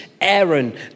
Aaron